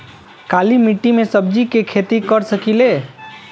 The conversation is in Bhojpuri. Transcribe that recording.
काली मिट्टी में सब्जी के खेती कर सकिले?